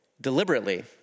deliberately